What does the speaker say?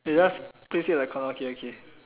they just place it like orh okay okay